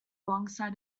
alongside